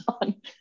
on